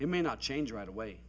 it may not change right away